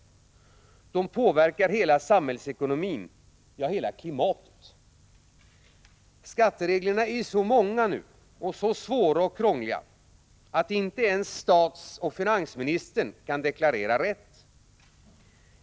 De påverkar hela samhällsekonomin, ja hela klimatet. Skattereglerna är nu så många och så svåra och krångliga att inte ens statsministern och finansministern kan deklarera rätt.